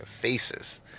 faces